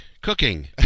Cooking